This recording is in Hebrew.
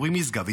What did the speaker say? אורי משגב,